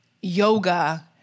yoga